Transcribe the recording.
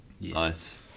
Nice